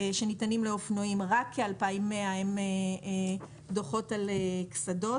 שניתנים לאופנועים, רק כ-2,100 הם דוחות על קסדות.